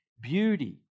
beauty